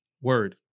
Word